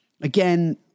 Again